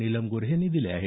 नीलम गोऱ्हे यांनी दिले आहेत